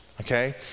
okay